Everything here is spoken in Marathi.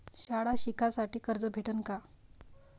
शाळा शिकासाठी कर्ज भेटन का?